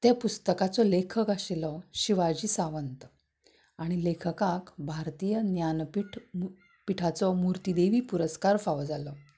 त्या पुस्तकाचो लेखक आशिल्लो शिवाजी सांवत आनी लेखकाक भारतीय ज्ञानपीठ पिठाचो मुर्तीदेवी पुरस्कार फावो जाल्लो